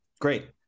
great